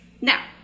now